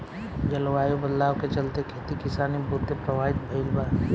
जलवायु बदलाव के चलते, खेती किसानी बहुते प्रभावित भईल बा